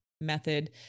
method